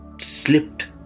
slipped